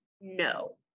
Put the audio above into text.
No